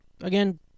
Again